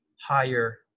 higher